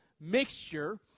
mixture